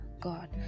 God